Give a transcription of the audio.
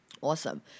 Awesome